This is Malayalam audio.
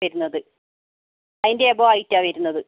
വരുന്നത് അതിൻ്റെ എബൗ ആയിട്ടാണ് വരുന്നത്